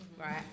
right